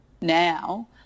now